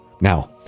Now